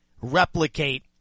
replicate